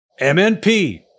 MNP